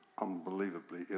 unbelievably